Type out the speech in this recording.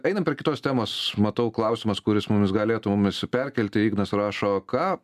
einam prie kitos temos matau klausimas kuris mumis galėtų mumis perkelti ignas rašo ką